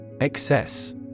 Excess